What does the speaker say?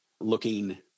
looking